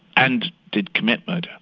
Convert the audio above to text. and did commitment.